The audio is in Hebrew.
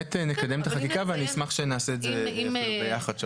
באמת נקדם את החקיקה ואני אשמח שנעשה את זה אפילו ביחד,